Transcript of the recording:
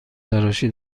تراشی